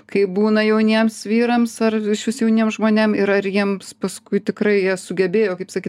kai būna jauniems vyrams ar išvis jauniems žmonėm ir ar jiems paskui tikrai jie sugebėjo kaip sakyt